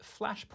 flashpoint